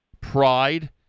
pride